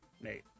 Nate